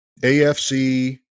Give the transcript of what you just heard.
AFC